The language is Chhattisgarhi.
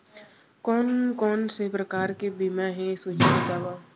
कोन कोन से प्रकार के बीमा हे सूची बतावव?